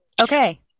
Okay